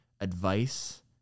advice